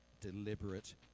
deliberate